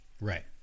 right